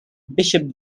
bishop